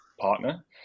partner